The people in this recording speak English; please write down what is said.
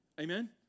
Amen